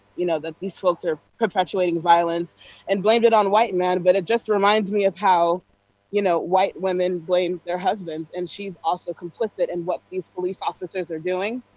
you know these folks are perpetuating violence and blamed it on white and men, but it just reminds me of how you know white women blame their husbands and she is also complicit in what these police officers are doing.